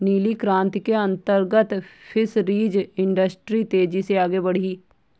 नीली क्रांति के अंतर्गत फिशरीज इंडस्ट्री तेजी से आगे बढ़ी